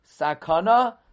sakana